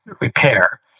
repair